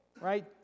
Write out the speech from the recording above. right